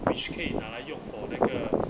which 可以拿来用 for 那个